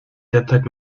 derzeit